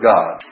God